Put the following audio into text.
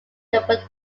their